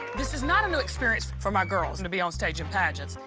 this is not a new experience for my girls to be onstage in pageants.